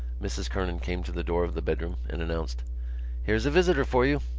mrs. kernan came to the door of the bedroom and announced here's a visitor for you!